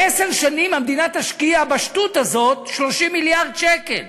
בעשר שנים המדינה תשקיע בשטות הזאת 30 מיליארד שקלים,